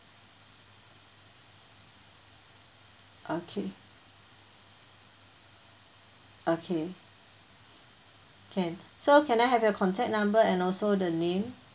okay okay can so can I have your contact number and also the name